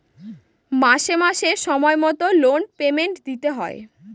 মাসে মাসে সময় মতো লোন পেমেন্ট দিতে হয়